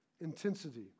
intensity